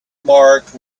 marked